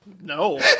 No